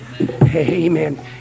Amen